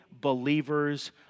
believers